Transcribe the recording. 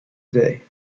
today